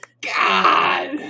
God